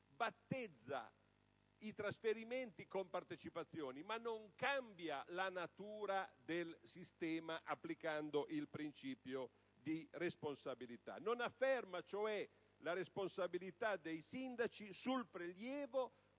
battezza i trasferimenti "compartecipazioni", ma non cambia la natura del sistema applicando il principio di responsabilità, non afferma, cioè, la responsabilità dei sindaci sul prelievo